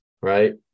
right